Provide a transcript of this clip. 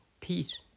peace